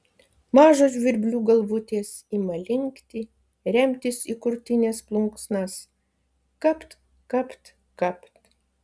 mažos žvirblių galvutės ima linkti remtis į krūtinės plunksnas kapt kapt kapt